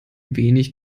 wenig